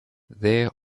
there